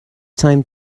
time